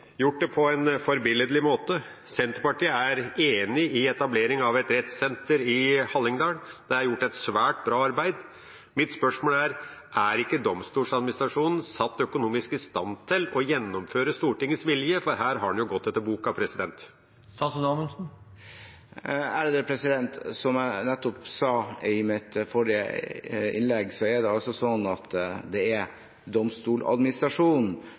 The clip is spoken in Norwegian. gjort det på en forbilledlig måte. Senterpartiet er enig i etablering av et rettssenter i Hallingdal. Det er gjort et svært bra arbeid. Mitt spørsmål er: Er ikke Domstoladministrasjonen satt økonomisk i stand til å gjennomføre Stortingets vilje, for her har en jo gått etter boka? Som jeg nettopp sa i mitt forrige innlegg, er det